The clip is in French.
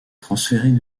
transférés